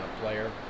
player